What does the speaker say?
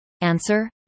Answer